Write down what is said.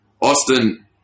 Austin